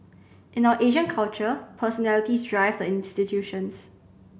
in our Asian culture personalities drive the institutions